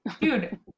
Dude